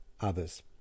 others